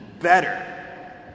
better